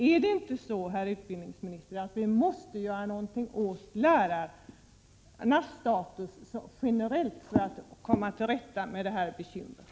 Är det inte så, herr utbildningsminister, att vi måste göra någonting åt lärarnas status generellt för att komma till rätta med detta bekymmer?